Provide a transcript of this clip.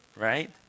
right